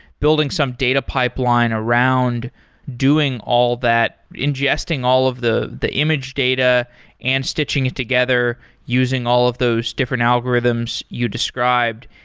building some data pipeline around doing all that, ingesting all of the the image data and stitching it together using all of those different algorithms you described.